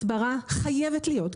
הסברה חייבת להיות,